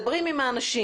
מדברים עם האנשים,